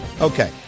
Okay